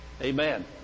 amen